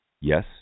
Yes